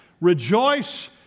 Rejoice